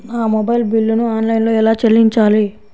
నా మొబైల్ బిల్లును ఆన్లైన్లో ఎలా చెల్లించాలి?